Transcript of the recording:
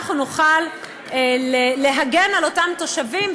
אנחנו נוכל להגן על אותם תושבים,